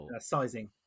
sizing